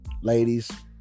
ladies